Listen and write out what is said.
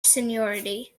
seniority